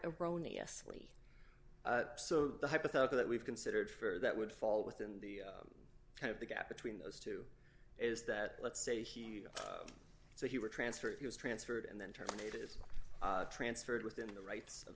asli so the hypothetical that we've considered for that would fall within the kind of the gap between those two is that let's say he so he were transferred he was transferred and then terminated is transferred within the rights of